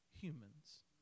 humans